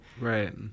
Right